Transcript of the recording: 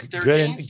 Good